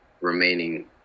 remaining